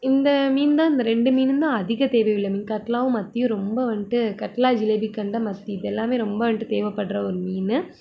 இந்த மீன்தான் இந்த ரெண்டு மீனும்தான் அதிக தேவை உள்ள மீன் கட்லாவும் மத்தியும் ரொம்ப வந்துட்டு கட்லா ஜிலேபிகண்டை மத்தி இதெல்லாமே ரொம்ப வந்துட்டு தேவைப்படுற ஒரு மீன்